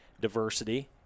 diversity